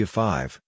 five